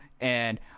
and-